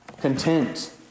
content